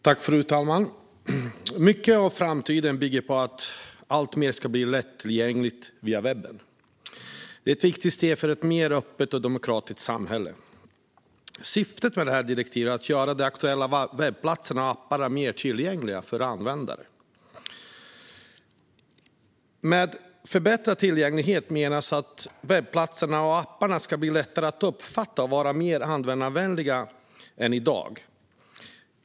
Fru talman! Mycket av framtiden bygger på att alltmer ska bli lättillgängligt via webben. Det är ett viktigt steg för ett mer öppet och demokratiskt samhälle. Syftet med detta direktiv är att man ska göra de aktuella webbplatserna och apparna mer tillgängliga för användare. Med förbättrad tillgänglighet menas att webbplatserna och apparna ska bli lättare att uppfatta och vara mer användarvänliga än i dag.